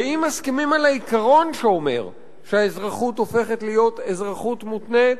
ואם מסכימים על העיקרון שאומר שהאזרחות הופכת להיות אזרחות מותנית,